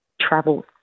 travel